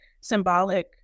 symbolic